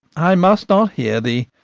i must not hear thee.